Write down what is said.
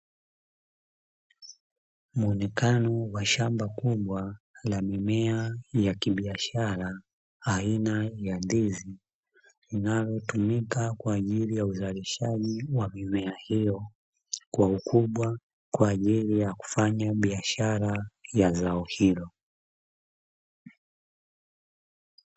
Muonekano wa shamba kubwa la mimea ya kibiashara aina ya ndizi, linalo tumika kwa ajili ya uzalishaji wa mimea hiyo kwa ukubwa kwa ajili ya kufanya biashara ya zao hilo.